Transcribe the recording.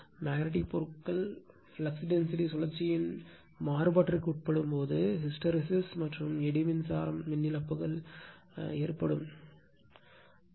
மேக்னட்டிக்ப் பொருட்கள் flux density சுழற்சியின் மாறுபாட்டிற்கு உட்படும் போது ஹிஸ்டெரெசிஸ் மற்றும் எடி மின்சாரம் மின் இழப்புகள் என்று அழைக்கப்படுகின்றன